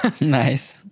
Nice